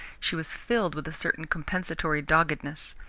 she was filled with a certain compensatory doggedness.